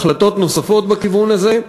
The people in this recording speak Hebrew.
החלטות נוספות בכיוון הזה,